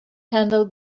handle